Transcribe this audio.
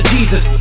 Jesus